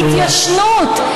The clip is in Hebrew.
אין התיישנות.